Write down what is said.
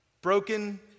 broken